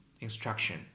instruction